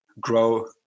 grow